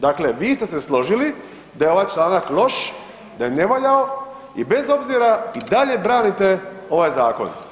Dakle, vi ste složili da je ovaj članak loš, da je nevaljao, i bez obzira i dalje branite ovaj zakon.